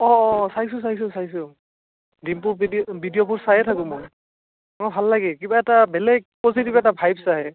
অ' অ' চাইছো চাইছো চাইছো ডিম্পুৰ বিডিঅ ভিডিঅ'বোৰ চাইয়ে থাকো মই অ' ভাল লাগে কিবা এটা বেলেগ পজিটিভ এটা ভাইৱচ আহে